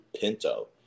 Pinto